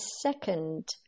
second